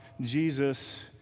Jesus